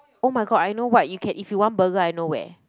oh my god I know what you can if you want burger I know where